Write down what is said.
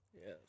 Yes